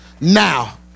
now